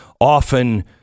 often